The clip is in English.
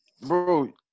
bro